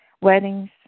weddings